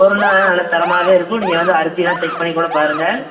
பொருளெலாம் நல்ல தரமாகவே இருக்கும் நீங்கள் வந்து அரிசியெலாம் செக் பண்ணிக்கூட பாருங்கள்